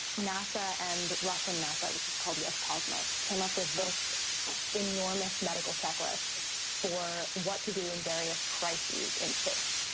nasa and russian nasa, which is called roscosmos, came up with this enormous medical checklist for what to do in various crises in space.